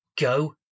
go